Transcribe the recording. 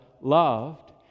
loved